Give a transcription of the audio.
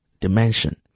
dimension